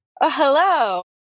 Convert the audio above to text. Hello